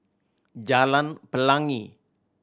Jalan Pelangi